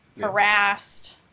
harassed